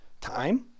time